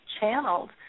channeled